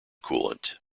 coolant